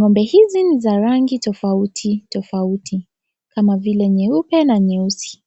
ng'ombe hizi ni za rangi tofauti tofauti kama vile nyeupe na nyeusi.